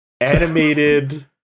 Animated